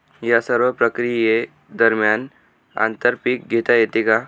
या सर्व प्रक्रिये दरम्यान आंतर पीक घेता येते का?